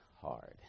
hard